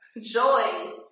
joy